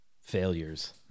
failures